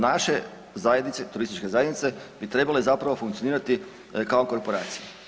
Naše zajednice, turističke zajednice bi trebale zapravo funkcionirati kao korporacije.